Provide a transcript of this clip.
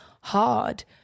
hard